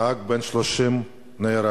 נהג בן 30 נהרג.